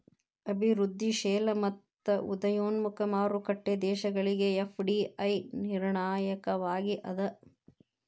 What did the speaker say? ಅಭಿವೃದ್ಧಿಶೇಲ ಮತ್ತ ಉದಯೋನ್ಮುಖ ಮಾರುಕಟ್ಟಿ ದೇಶಗಳಿಗೆ ಎಫ್.ಡಿ.ಐ ನಿರ್ಣಾಯಕವಾಗಿ ಅದ